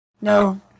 No